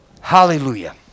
Hallelujah